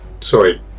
Sorry